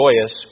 joyous